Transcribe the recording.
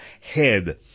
head